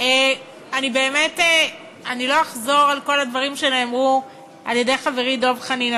אני לא אחזור על כל הדברים שנאמרו על-ידי חברי דב חנין,